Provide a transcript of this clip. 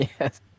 yes